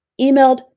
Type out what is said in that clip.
emailed